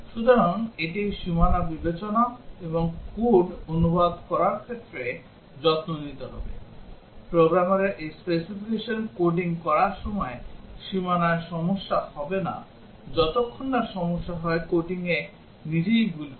সুতরাং এটি সীমানা বিবেচনা এবং কোড অনুবাদ করার ক্ষেত্রে যত্ন নিতে হবে প্রোগ্রামারের এই স্পেসিফিকেশন কোডিং করার সময় সীমানায় সমস্যা হবে না যতক্ষণ না সমস্যা হয় কোডিংয়ে নিজেই ভুল করে